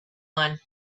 one